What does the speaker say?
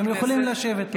אתם יכולים לשבת.